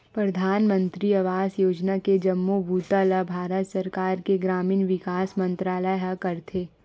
परधानमंतरी आवास योजना के जम्मो बूता ल भारत सरकार के ग्रामीण विकास मंतरालय ह करथे